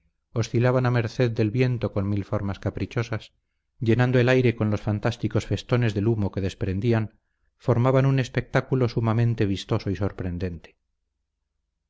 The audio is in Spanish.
combustible oscilaban a merced del viento con mil formas caprichosas llenando el aire con los fantásticos festones del humo que desprendían formaban un espectáculo sumamente vistoso y sorprendente